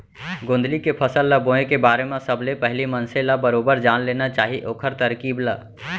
गोंदली के फसल ल बोए के बारे म सबले पहिली मनसे ल बरोबर जान लेना चाही ओखर तरकीब ल